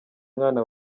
mwana